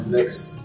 Next